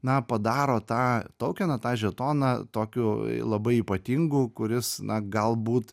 na padaro tą toukeną tą žetoną tokiu labai ypatingu kuris na galbūt